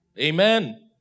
Amen